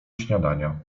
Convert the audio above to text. śniadania